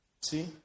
See